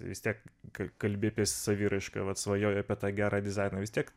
vis tiek kalbi apie saviraišką vat svajoji apie tą gerą dizainą vis tiek